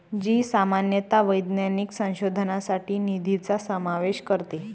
जी सामान्यतः वैज्ञानिक संशोधनासाठी निधीचा समावेश करते